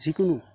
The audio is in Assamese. যিকোনো